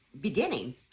beginning